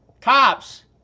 Cops